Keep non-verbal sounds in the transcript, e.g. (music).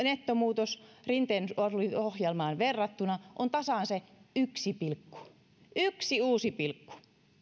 (unintelligible) nettomuutos rinteen ohjelmaan verrattuna on tasan se yksi pilkku yksi uusi pilkku